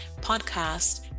podcast